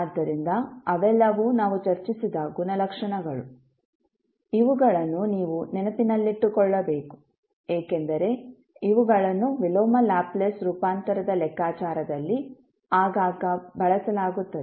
ಆದ್ದರಿಂದ ಅವೆಲ್ಲವೂ ನಾವು ಚರ್ಚಿಸಿದ ಗುಣಲಕ್ಷಣಗಳು ಇವುಗಳನ್ನು ನೀವು ನೆನಪಿನಲ್ಲಿಟ್ಟುಕೊಳ್ಳಬೇಕು ಏಕೆಂದರೆ ಇವುಗಳನ್ನು ವಿಲೋಮ ಲ್ಯಾಪ್ಲೇಸ್ ರೂಪಾಂತರದ ಲೆಕ್ಕಾಚಾರದಲ್ಲಿ ಆಗಾಗ್ಗೆ ಬಳಸಲಾಗುತ್ತದೆ